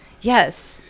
Yes